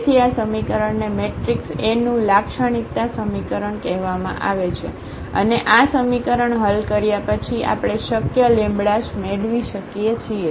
તેથી આ સમીકરણને મેટ્રિક્સ A નું લાક્ષણિકતા સમીકરણ કહેવામાં આવે છે અને આ સમીકરણ હલ કર્યા પછી આપણે શક્ય લેમ્બડાસ મેળવી શકીએ છીએ